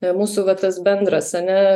e mūsų va tas bendras ane